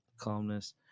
Calmness